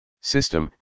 System